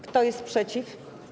Kto jest przeciw?